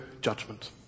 judgment